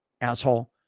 asshole